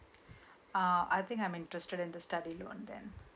uh I think I'm interested in the stand alone then